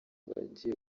abagiye